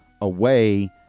away